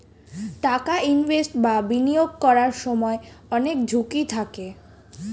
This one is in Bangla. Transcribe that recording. টাকা ইনভেস্ট বা বিনিয়োগ করার সময় অনেক ঝুঁকি থাকে